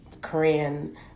Korean